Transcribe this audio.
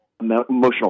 emotional